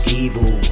evil